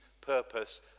purpose